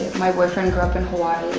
my boyfriend grew up in hawaii,